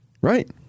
Right